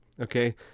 okay